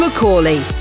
McCauley